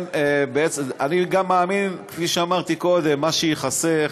אני גם מאמין, כפי שאמרתי קודם, שמה שייחסך